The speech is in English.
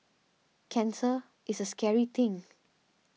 cancer is a scary thing